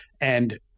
And-